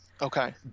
Okay